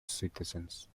citizens